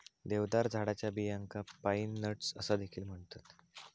देवदार झाडाच्या बियांका पाईन नट्स असा देखील म्हणतत